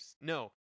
no